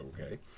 okay